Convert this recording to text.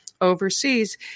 overseas